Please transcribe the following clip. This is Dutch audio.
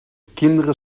kinderen